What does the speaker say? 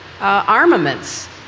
armaments